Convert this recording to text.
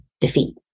defeat